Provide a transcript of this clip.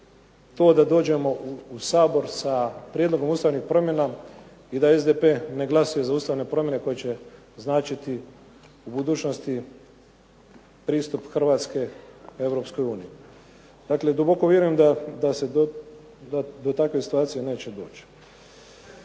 da dođemo u Sabor sa prijedlogom ustavnih promjena i da SDP ne glasuje za ustavne promjene koje će značiti u budućnosti pristup Hrvatske Europskoj uniji. Dakle, duboko vjerujem da do takve situacije neće doći.